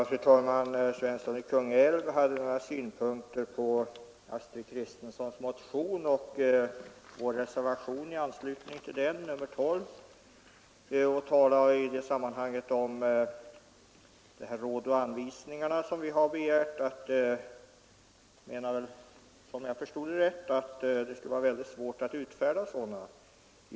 Fru talman! Herr Svensson i Kungälv anförde några synpunkter på fru Kristenssons motion och herr Carlshamres och min reservation i anslutning till den, dvs. reservationen 12. Herr Svensson ansåg, om jag förstod honom rätt, att det skulle vara mycket svårt att utfärda sådana råd och anvisningar som vi har begärt.